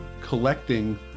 collecting